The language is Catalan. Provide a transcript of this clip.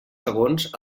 segons